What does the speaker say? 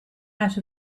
out